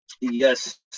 yes